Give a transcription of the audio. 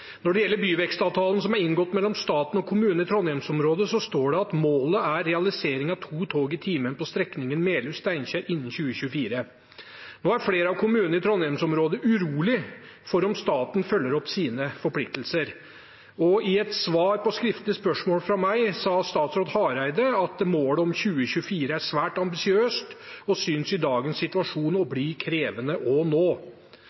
Når det gjelder byvekstavtalen som er inngått mellom staten og kommunene i Trondheims-området, står det at målet er realisering av to tog i timen på strekningen Melhus–Steinkjer innen 2024. Nå er flere av kommunene i Trondheims-området urolig for om staten følger opp sine forpliktelser, og i et svar på skriftlig spørsmål fra meg sa statsråd Hareide at målet om 2024 er svært ambisiøst og synes i dagens situasjon å bli krevende å nå.